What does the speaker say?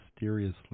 mysteriously